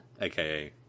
AKA